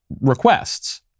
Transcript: requests